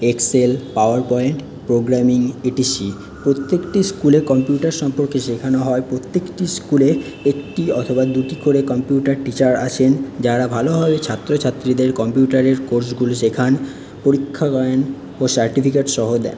Excel PowerPoint programming etc প্রত্যেকটি স্কুলে computer সম্পর্কে শেখানো হয় প্রত্যেকটি স্কুলে একটি অথবা দুটি করে কম্পিউটার টিচার আছেন যারা ভালোভাবে ছাত্রছাত্রীদের কম্পিউটারের কোর্সগুলো শেখান পরীক্ষা নেন ও সার্টিফিকেট সহ দেন